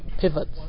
pivots